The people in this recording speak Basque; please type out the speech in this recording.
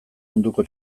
munduko